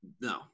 no